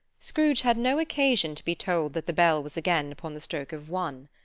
scrooge had no occasion to be told that the bell was again upon the stroke of one.